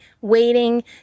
waiting